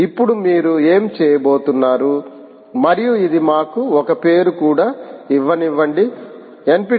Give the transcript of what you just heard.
ఇప్పుడు మీరు ఏమి చేయబోతున్నారు మరియు ఇది మాకు ఒక పేరు కూడా ఇవ్వనివ్వండి nptel